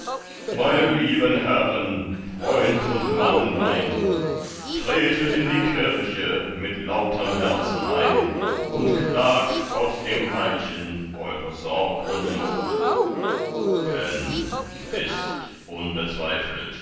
meine lieben herren freund und mannen mein tretet in die kirche mit lauterm herzen ein und klagt gott dem reichen eure sorg und not denn wißt